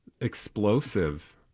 explosive